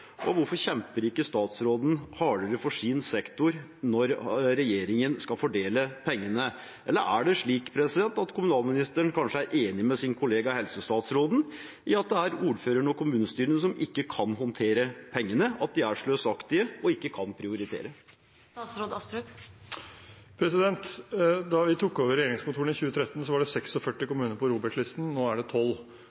og hvorfor kjemper ikke statsråden hardere for sin sektor når regjeringen skal fordele pengene? Er kommunalministeren kanskje enig med sin kollega helseministeren i at det er ordførerne og kommunestyrene som ikke kan håndtere pengene, at de er sløsaktige og ikke kan prioritere? Da vi tok over regjeringskontorene i 2013, var det